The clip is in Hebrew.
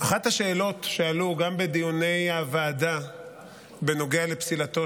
אחת השאלות שעלו גם בדיוני הוועדה בנוגע לפסילתו